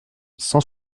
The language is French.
cent